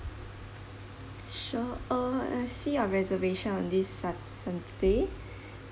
sure uh I see your reservation on this satur~ sunday